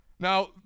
Now